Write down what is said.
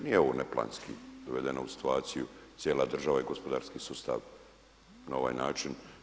Nije ovo neplanski dovedeno u situaciju cijela država i gospodarski sustav na ovaj način.